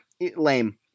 Lame